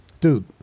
dude